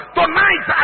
tonight